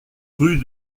rue